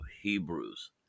Hebrews